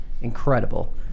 incredible